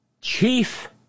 chief